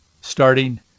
starting